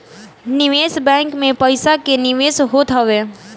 निवेश बैंक में पईसा के निवेश होत हवे